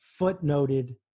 footnoted